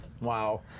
Wow